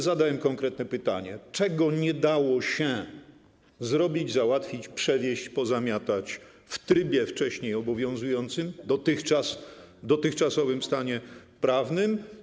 Zadałem konkretne pytanie: Czego nie dało się zrobić, załatwić, przewieźć, pozamiatać w trybie wcześniej obowiązującym, w dotychczasowym stanie prawnym?